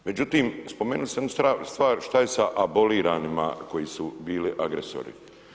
Međutim, spomenuli ste jednu stvar, što je sa aboliranima koji su bili agresori.